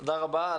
תודה רבה.